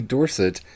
Dorset